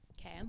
Okay